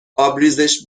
آبریزش